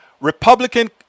Republican